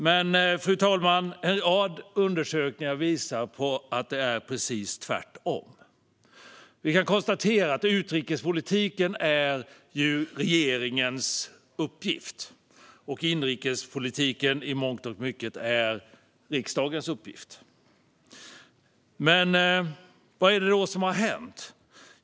Men, fru talman, en rad undersökningar visar att det är precis tvärtom. Vi kan konstatera att utrikespolitiken är regeringens uppgift och att inrikespolitiken i mångt och mycket är riksdagens uppgift. Vad är det då som har hänt?